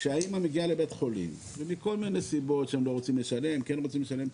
שהאמא מגיעה לבית החולים ומכל מיני סיבות שהם רוצים לשלם לא רוצים לשלם,